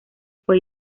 fue